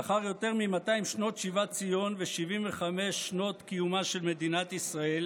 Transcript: לאחר יותר מ-200 שנות שיבת ציון ו-75 שנות קיומה של מדינת ישראל